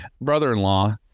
brother-in-law